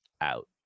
out